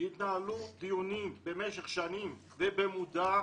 התנהלו דיונים במשך שנים, במודע,